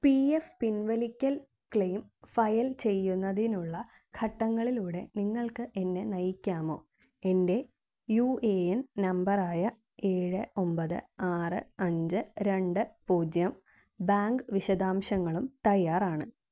P F പിൻവലിക്കൽ claim file ചെയ്യുന്നതിനുള്ള ഘട്ടങ്ങളിലൂടെ നിങ്ങൾക്ക് എന്നെ നയിക്കാമോ എൻ്റെ യു എ എൻ നമ്പർ ആയ ഏഴ് ഒമ്പത് ആറ് അഞ്ച് രണ്ട് പൂജ്യം ബാങ്ക് വിശദാംശങ്ങളും തയ്യാറാണ്